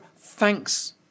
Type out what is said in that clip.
thanks